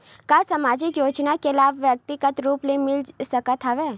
का सामाजिक योजना के लाभ व्यक्तिगत रूप ले मिल सकत हवय?